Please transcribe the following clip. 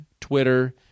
Twitter